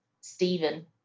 Stephen